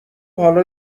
حالا